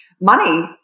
Money